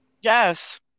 Yes